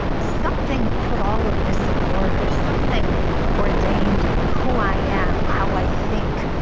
something put all of this in order. something ordained who i am, how i think,